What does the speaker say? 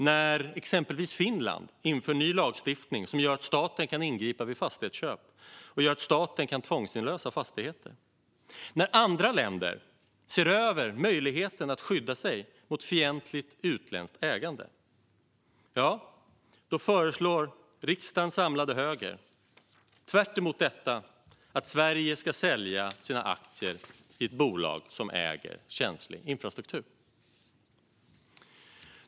När exempelvis Finland inför ny lagstiftning som gör att staten kan ingripa vid fastighetsköp och tvångsinlösa fastigheter och när andra länder ser över möjligheten att skydda sig mot fientligt utländskt ägande, ja, då föreslår riksdagens samlade höger tvärtom att Sverige ska sälja sina aktier i ett bolag som äger känslig infrastruktur.